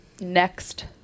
next